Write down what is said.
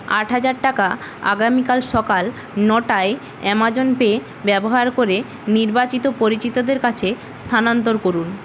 আট হাজার টাকা আগামীকাল সকাল নটায় অ্যামাজন পে ব্যবহার করে নির্বাচিত পরিচিতদের কাছে স্থানান্তর করুন